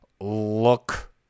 look